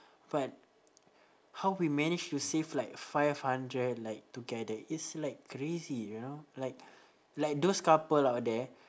but how we manage to save like five hundred like together it's like crazy you know like like those couple out there